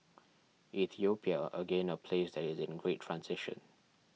Ethiopia again a place that is in great transition